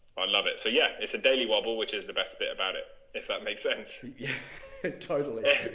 i love it so yeah, it's a daily wobble which is the best bit about it if that makes sense. yeah and totally.